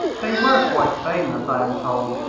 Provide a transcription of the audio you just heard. they were quite famous, i am told,